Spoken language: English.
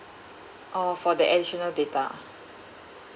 oh for the additional data